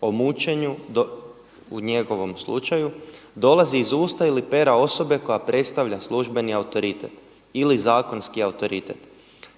o mučenju u njegovom slučaju dolazi iz usta ili pera osobe koja predstavlja službeni autoritet ili zakonski autoritet.